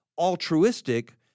altruistic